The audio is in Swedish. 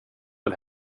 väl